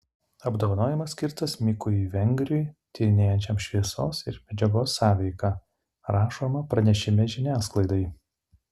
apdovanojimas skirtas mikui vengriui tyrinėjančiam šviesos ir medžiagos sąveiką rašoma pranešime žiniasklaidai